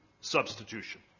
substitution